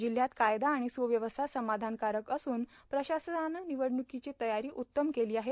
जिल्हयात कायदा आणि सुव्यवस्था समाधानकारक असून प्रशासनानं निवडणुकीची तयारी उत्तम केली आहे